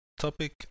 topic